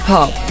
Pop